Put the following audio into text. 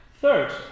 Third